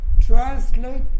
Translate